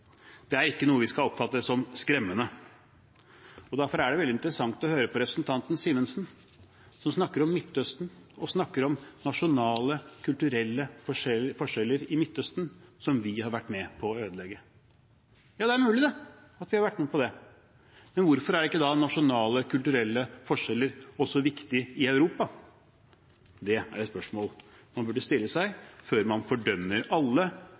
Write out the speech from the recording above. Det er ikke noe vi skal oppfatte som skremmende, og derfor er det veldig interessant å høre på representanten Simensen, som snakker om Midtøsten og om nasjonale, kulturelle forskjeller i Midtøsten som vi har vært med på å ødelegge. Ja, det er mulig at vi har vært med på det, men hvorfor er ikke da nasjonale, kulturelle forskjeller også viktig i Europa? Det er et spørsmål man burde stille seg før man fordømmer alle